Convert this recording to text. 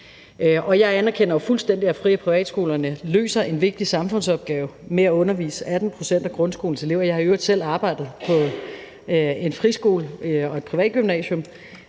Jeg anerkender jo fuldstændig, at fri- og privatskolerne løser en vigtig samfundsopgave med at undervise 18 pct. af grundskolens elever. Jeg har i øvrigt selv arbejdet på en friskole og på et privat gymnasium,